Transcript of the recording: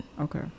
okay